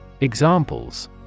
Examples